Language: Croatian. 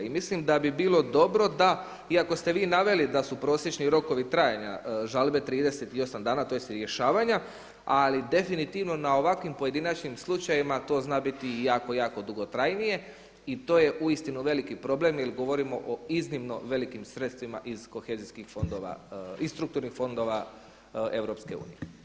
I mislim da bi bilo dobro da iako ste vi naveli da su prosječni rokovi trajanja žalbe 38 dana tj. rješavanja, ali definitivno na ovakvim pojedinačnim slučajevima to zna biti i jako, jako dugotrajnije i to je uistinu veliki problem jer govorimo o iznimno velikim sredstvima iz kohezijskih fondova, iz strukturnih fondova EU.